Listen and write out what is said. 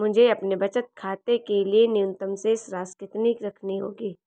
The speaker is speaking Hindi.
मुझे अपने बचत खाते के लिए न्यूनतम शेष राशि कितनी रखनी होगी?